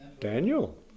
Daniel